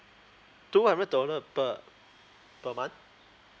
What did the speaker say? two hundred dollar per per month